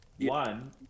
one